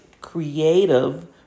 creative